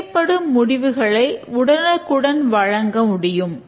தேவைப்படும் முடிவுகளை உடனுக்குடன் வழங்க முடியும்